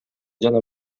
жана